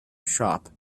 shop